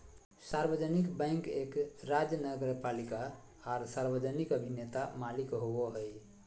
सार्वजनिक बैंक एक राज्य नगरपालिका आर सार्वजनिक अभिनेता मालिक होबो हइ